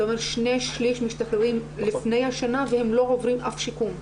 אתה אומר ש-2/3 משתחררים לפני השנה והם לא עוברים אף שיקום.